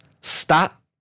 Stop